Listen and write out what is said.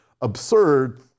absurd